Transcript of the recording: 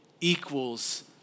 equals